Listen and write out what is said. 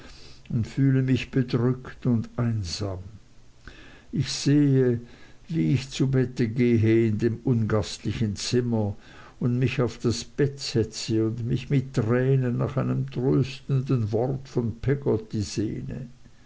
und fühle mich bedrückt und einsam ich sehe wie ich zu bette gehe in dem ungastlichen zimmer und mich auf das bett setze und mich mit tränen nach einem tröstenden wort von peggotty sehne